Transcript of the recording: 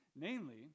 namely